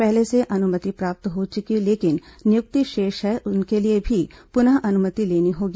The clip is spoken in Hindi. पहले से अनुमति प्राप्त हो चुकी है लेकिन नियुक्ति शेष है उनके लिए भी पुनः अनुमति लेनी होगी